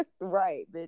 Right